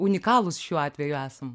unikalūs šiuo atveju esam